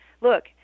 Look